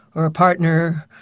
or a partner,